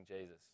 Jesus